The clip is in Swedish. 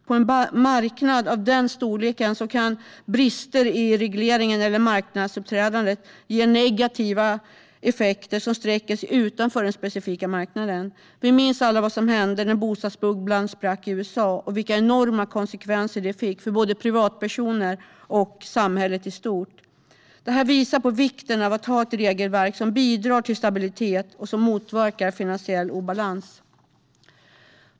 På en marknad av denna storlek kan brister i regleringen eller marknadsuppträdandet ge negativa effekter som sträcker sig utanför den specifika marknaden. Vi minns alla vad som hände när bostadsbubblan sprack i USA och vilka enorma konsekvenser det fick för både privatpersoner och samhället i stort. Det visar på vikten av att ha ett regelverk som bidrar till stabilitet och som motverkar finansiella obalanser.